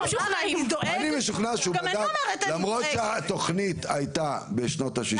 אני משוכנע שהוא בדק למרות שהתוכנית הייתה בשנות ה-60',